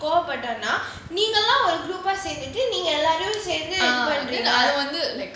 கோபப்பட்டானா நீங்கல்லாம் வந்து சேர்ந்து இது பண்றீங்க:kobapataanaa neengalaam vanthu sernthu ithu pandreenga